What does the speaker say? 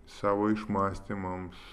savo išmąstymams